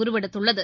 உருவெடுத்துள்ளது